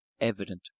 evident